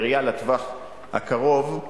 בראייה לטווח הקרוב,